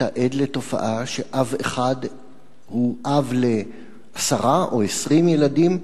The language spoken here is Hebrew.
אתה עד לתופעה שאב אחד הוא אב לעשרה או 20 ילדים,